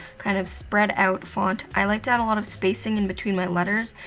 kind of spread-out font. i like to add a lot of spacing in between my letters.